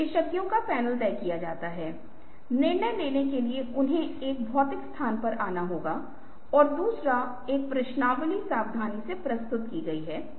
यह वह जगह है जहाँ आप फिर से तर्कसंगत रूप से नहीं सोच रहे हैं आप एक साहसी भावना अपने आवेग किसी भी अपमानजनक आवेगी तरह की बात कर रहे हैं जो आपके दिमाग में आती है जो एक तरह की स्वतंत्र सोच है